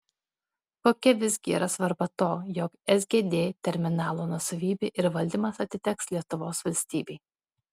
kokia visgi yra svarba to jog sgd terminalo nuosavybė ir valdymas atiteks lietuvos valstybei